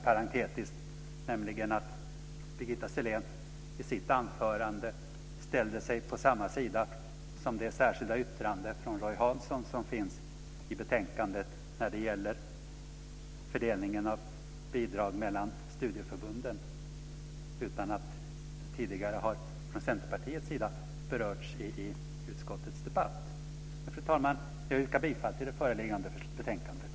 Birgitta Sellén ställde sig i sitt anförande på samma sida som det särskilda yttrande från Roy Hansson om fördelningen av bidrag mellan studieförbunden som finns i betänkandet utan att det tidigare har berörts från Centerpartiets sida i utskottets debatt. Fru talman! Jag yrkar bifall till utskottets förslag i det föreliggande betänkandet.